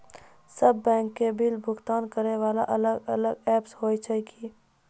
सब बैंक के बिल भुगतान करे वाला अलग अलग ऐप्स होय छै यो?